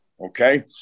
okay